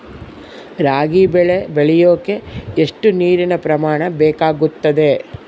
ರಾಗಿ ಬೆಳೆ ಬೆಳೆಯೋಕೆ ಎಷ್ಟು ನೇರಿನ ಪ್ರಮಾಣ ಬೇಕಾಗುತ್ತದೆ?